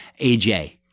AJ